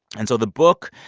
and so the book,